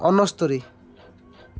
ଅଣସ୍ତୋରି